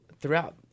throughout